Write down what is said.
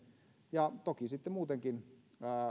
ja toki muutenkin